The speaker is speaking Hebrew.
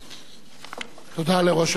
תודה לראש הממשלה.